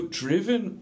driven